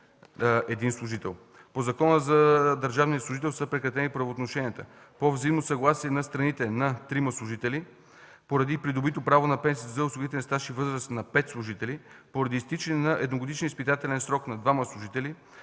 – 1 служител. По Закона за държавния служител са прекратени правоотношенията: - по взаимно съгласие на страните на 3 служители; - поради придобито право на пенсия за осигурителен стаж и възраст на 5 служители; - поради изтичане на едногодишния изпитателен срок на двама служители;